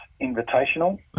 Invitational